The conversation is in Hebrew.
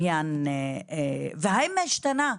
והאם השתנה?